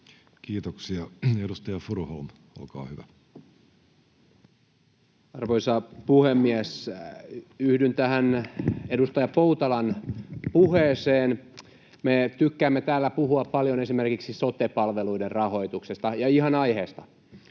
Kiitoksia. — Edustaja Furuholm, olkaa hyvä. Arvoisa puhemies! Yhdyn tähän edustaja Poutalan puheeseen. Me tykkäämme täällä puhua paljon esimerkiksi sote-palveluiden rahoituksesta, ja ihan aiheesta.